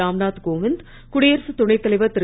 ராம்நாத் கோவிந்த் குடியரசுத் துணை தலைவர் திரு